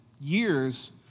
years